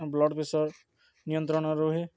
blood pressure ନିୟନ୍ତ୍ରଣରେ ରୁହେ